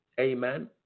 Amen